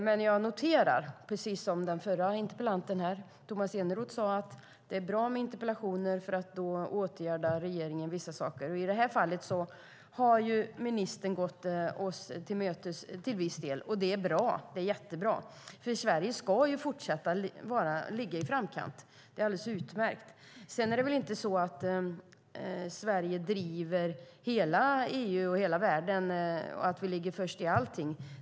Men jag noterar, precis som den förra interpellanten Tomas Eneroth sade, att det är bra med interpellationer för då åtgärdar regeringen vissa saker. I det här fallet har ju ministern gått oss till mötes till viss del, och det är bra. Det är jättebra. Sverige ska ju fortsätta ligga i framkant. Det är alldeles utmärkt. Sedan är det väl inte så att Sverige driver på hela EU och hela världen och att vi ligger först i allting.